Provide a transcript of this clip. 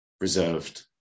reserved